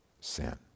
sin